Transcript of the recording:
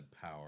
power